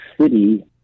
city